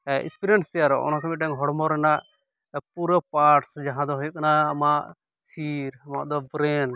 experience ᱛᱮᱭᱟᱨᱚᱜᱼᱟ ᱚᱱᱟ ᱢᱤᱫᱴᱮᱱ ᱦᱚᱲᱢᱚ ᱨᱮᱱᱟ ᱯᱩᱨᱳ ᱯᱟᱴᱥ ᱡᱟᱦᱟᱸ ᱫᱚ ᱦᱩᱭᱩᱜ ᱠᱟᱱᱟ ᱟᱢᱟᱜ ᱥᱤᱨ ᱟᱢᱟᱜ ᱫᱚ ᱵᱨᱮᱱ